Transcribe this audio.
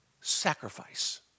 sacrifice